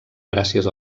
gràcies